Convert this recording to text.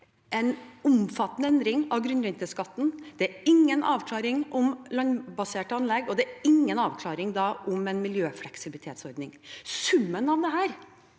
en omfattende endring av grunnrenteskatten. Det er ingen avklaring om landbaserte anlegg, og det er ingen avklaring om en miljøfleksibilitetsordning. Summen av dette,